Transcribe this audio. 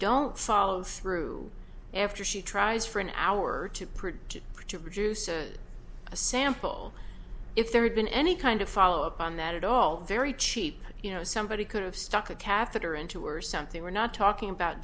don't follow through after she tries for an hour to produce or to reduce a sample if there had been any kind of follow up on that at all very cheap you know somebody could have stuck a catheter into or something we're not talking about